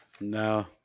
no